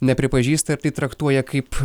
nepripažįsta ir tai traktuoja kaip